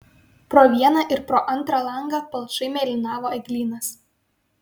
pro vieną ir pro antrą langą palšai mėlynavo eglynas